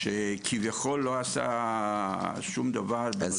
שכביכול לא עשה שום דבר בנושא של ההצעה,